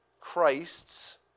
Christ's